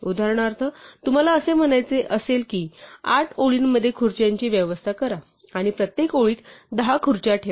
उदाहरणार्थ तुम्हाला असे म्हणायचे असेल की 8 ओळींमध्ये खुर्च्यांची व्यवस्था करा आणि प्रत्येक ओळीत 10 खुर्च्या ठेवा